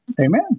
amen